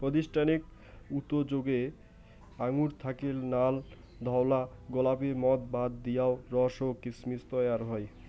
প্রাতিষ্ঠানিক উতোযোগে আঙুর থাকি নাল, ধওলা, গোলাপী মদ বাদ দিয়াও রস ও কিসমিস তৈয়ার হয়